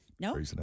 No